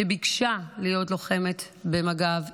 שביקשה להיות לוחמת במג"ב.